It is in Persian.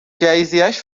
جهیزیهش